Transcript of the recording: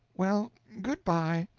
well, good by.